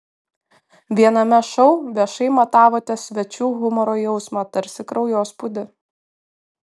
viename šou viešai matavote svečių humoro jausmą tarsi kraujospūdį